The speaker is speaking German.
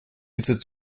diese